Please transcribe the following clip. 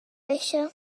بشه